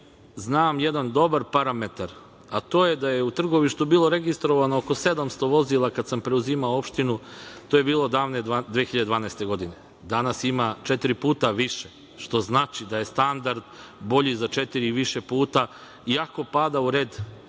znam jedan dobar parametar, a to je da je u Trgovištu bilo registrovano oko 700 vozila kad sam preuzimao opštinu, davne 2012. godine. Danas ima četiri puta više, što znači da je standard bolji za četiri i više puta, iako spada u red